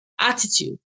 attitude